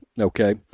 okay